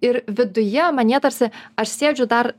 ir viduje manyje tarsi aš sėdžiu dar